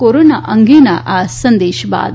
corona અંગેના આ સંદેશ બાદ